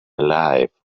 alive